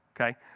okay